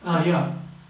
ah ya